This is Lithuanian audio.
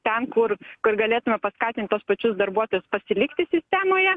ten kur kur galėtume paskatint tuos pačius darbuotojus pasilikti sistemoje